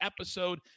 episode